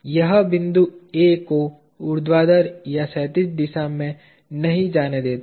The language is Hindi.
यह बिंदु A को ऊर्ध्वाधर या क्षैतिज दिशा में नहीं जाने देता है